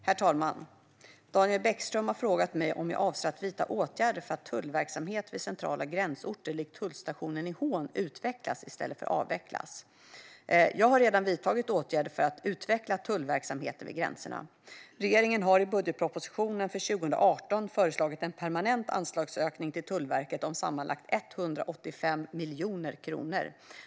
Herr talman! Daniel Bäckström har frågat mig om jag avser att vidta åtgärder för att tullverksamhet vid centrala gränsorter likt tullstationen i Hån utvecklas i stället för att avvecklas. Jag har redan vidtagit åtgärder för att utveckla tullverksamheten vid gränserna. Regeringen har i budgetpropositionen för 2018 föreslagit en permanent anslagsökning till Tullverket om sammanlagt 185 miljoner kronor.